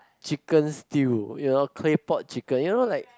chicken stew you know claypot chicken you know like